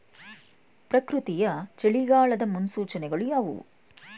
ಪ್ರಕೃತಿಯ ಚಳಿಗಾಲದ ಮುನ್ಸೂಚನೆಗಳು ಯಾವುವು?